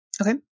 Okay